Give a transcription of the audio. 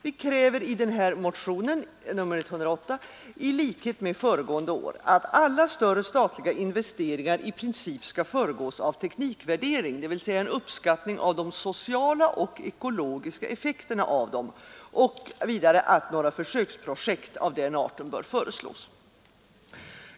Vi kräver i denna motion, nr 108, i likhet med föregående år att alla större statliga investeringar i princip skall föregås av teknikvärdering, dvs. en uppskattning av de sociala och ekologiska effekterna av dem, och att några försöksprojekt av denna art bör föreslås.